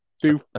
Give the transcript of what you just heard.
two